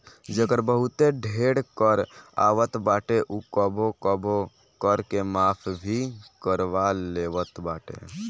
जेकर बहुते ढेर कर आवत बाटे उ कबो कबो कर के माफ़ भी करवा लेवत बाटे